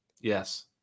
Yes